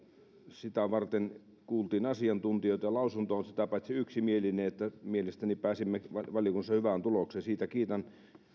sitä varten kuultiin asiantuntijoita ja mietintö on sitä paitsi yksimielinen niin että mielestäni pääsimme valiokunnassa hyvään tulokseen kiitän